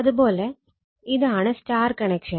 അതെ പോലെ ഇതാണ് സ്റ്റാർ ആണ്